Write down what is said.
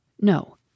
No